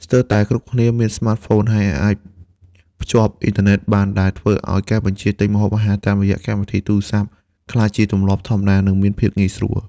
ស្ទើរតែគ្រប់គ្នាមានស្មាតហ្វូន ហើយអាចភ្ជាប់អ៊ីនធឺណិតបាន ដែលធ្វើឱ្យការបញ្ជាទិញម្ហូបអាហារតាមរយៈកម្មវិធីទូរស័ព្ទក្លាយជាទម្លាប់ធម្មតា និងមានភាពងាយស្រួល។